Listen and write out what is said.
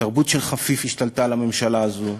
תרבות של חפיף השתלטה על הממשלה הזאת.